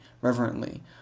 reverently